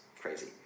crazy